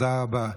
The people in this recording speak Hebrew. תודה רבה.